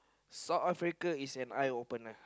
South Africa is an eye opener